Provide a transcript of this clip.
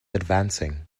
advancing